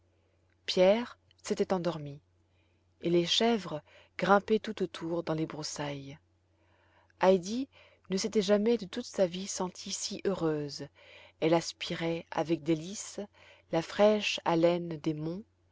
pierre s'était endormi et les chèvres grimpaient tout autour dans les broussailles heidi ne s'était jamais de toute sa vie sentie si heureuse elle aspirait avec délice la fraîche haleine des monts